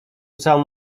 całą